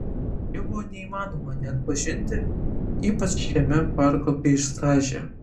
jo buvo neįmanoma neatpažinti ypač šiame parko peizaže